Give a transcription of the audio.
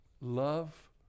Love